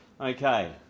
Okay